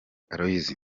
aloys